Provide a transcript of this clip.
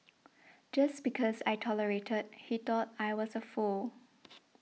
just because I tolerated he thought I was a fool